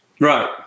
Right